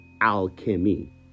alchemy